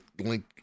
link